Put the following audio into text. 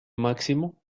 máximo